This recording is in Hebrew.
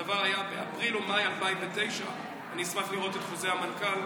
הדבר היה באפריל או במאי 2009. אני אשמח לראות את חוזר המנכ"ל.